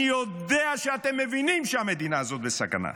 אני יודע שאתם מבינים שהמדינה הזאת בסכנה.